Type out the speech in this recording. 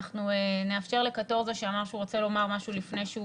אנחנו נאפשר לקטורזה שאמר שהוא רוצה לומר משהו לפני שהוא